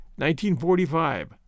1945